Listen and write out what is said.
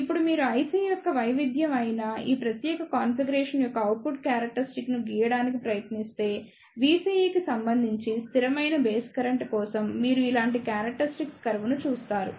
ఇప్పుడు మీరు IC యొక్క వైవిధ్యం అయిన ఈ ప్రత్యేక కాన్ఫిగరేషన్ యొక్క అవుట్పుట్ క్యారక్టరిస్టిక్స్ ను గీయడానికి ప్రయత్నిస్తే VCE కి సంబంధించి స్థిరమైన బేస్ కరెంట్ కోసం మీరు ఇలాంటి క్యారక్టరిస్టిక్స్ కర్వ్ ను చూస్తారు